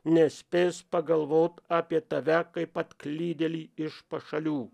nespės pagalvot apie tave kaip atklydėlį iš pašalių